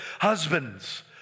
Husbands